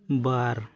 ᱵᱟᱨ